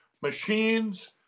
machines